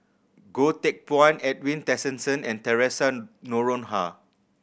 Goh Teck Phuan Edwin Tessensohn and Theresa Noronha